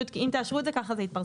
אם תאשרו את זה, ככה זה יתפרסם.